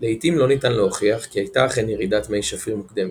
לעיתים לא ניתן להוכיח כי הייתה אכן ירידת מי שפיר מוקדמת,